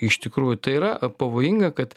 iš tikrųjų tai yra pavojinga kad